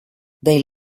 they